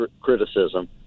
criticism